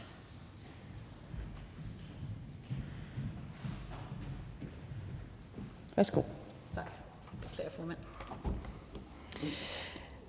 Værsgo.